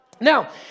Now